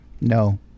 No